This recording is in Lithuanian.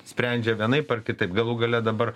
sprendžia vienaip ar kitaip galų gale dabar